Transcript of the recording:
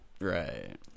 Right